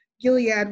Gilead